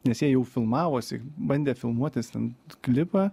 nes jei jau filmavosi bandė filmuotis ten klipą